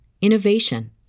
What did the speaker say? innovation